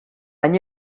and